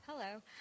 Hello